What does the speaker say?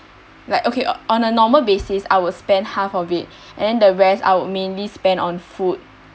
like okay on a normal basis I'll spend half of it and then the rest I would mainly spend on food